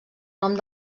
nom